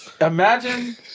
imagine